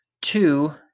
two